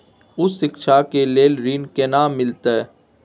उच्च शिक्षा के लेल ऋण केना मिलते?